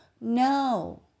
no